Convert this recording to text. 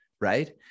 right